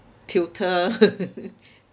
tutor